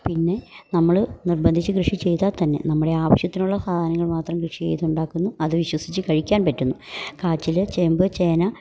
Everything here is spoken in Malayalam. പിന്നെ നമ്മള് നിർബന്ധിച്ച് കൃഷി ചെയ്താൽ തന്നെ നമ്മുടെ ആവശ്യത്തിനുള്ള സാധനങ്ങൾ മാത്രം കൃഷി ചെയ്തുണ്ടാക്കുന്നു അത് വിശ്വസിച്ച് കഴിക്കാൻ പറ്റുന്നു കാച്ചില് ചേമ്പ് ചേന